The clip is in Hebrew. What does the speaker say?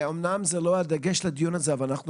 אמנם זה לא הדגש של הדיון הזה אבל אנחנו